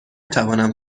توانم